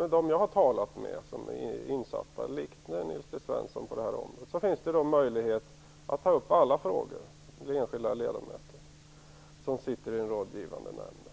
dem som jag har talat med som liksom Nils T Svensson är insatta på det här området finns det i dag möjlighet att ta upp alla frågor från enskilda ledamöter som sitter i den rådgivande nämnden.